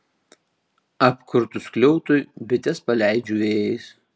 apkurtus skliautui bites paleidžiu vėjais